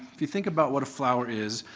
if you think about what a flower is,